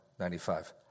95